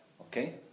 Okay